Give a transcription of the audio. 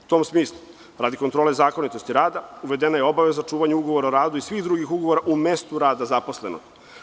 U tom smislu, radi kontrole zakonitosti rada, uvedena je obaveza čuvanja ugovora o radu i svih drugih ugovora u mestu rada zaposlenog.